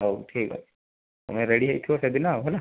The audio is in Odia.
ହଉ ଠିକ୍ ଅଛି ତମେ ରେଡ଼ି ହୋଇଥିବ ସେଦିନ ଆଉ ହେଲା